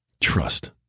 Trust